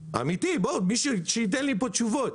אמיתי, מישהו שייתן לי פה תשובות.